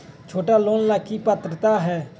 छोटा लोन ला की पात्रता है?